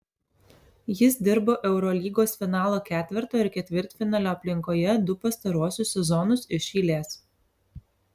jis dirbo eurolygos finalo ketverto ir ketvirtfinalio aplinkoje du pastaruosius sezonus iš eilės